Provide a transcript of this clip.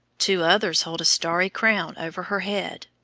two others hold a starry crown over her head,